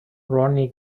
roni